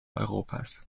europas